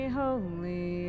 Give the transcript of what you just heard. holy